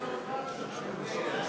לשנת